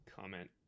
comment